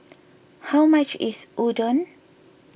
how much is Udon